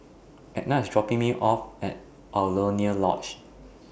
Edna IS dropping Me off At Alaunia Lodge